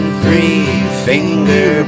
three-finger